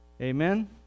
Amen